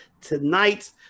Tonight